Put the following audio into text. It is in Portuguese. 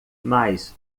mais